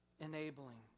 Enabling